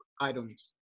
items